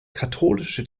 katholische